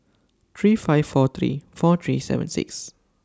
three five four three four three seven six